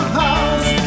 house